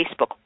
Facebook